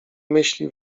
myśli